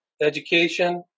education